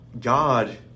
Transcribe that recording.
God